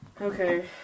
Okay